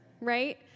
right